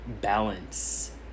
balance